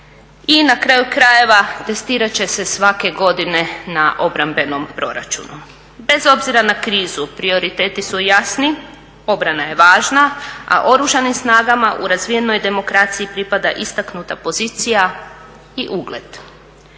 i na kraju krajeva testirati će se svake godine na obrambenom proračunu. Bez obzira na krizu, prioriteti su jasni, obrana je važna a Oružanim snagama u razvijenoj demokraciji pripada istaknuta pozicija i ugled.